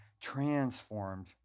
transformed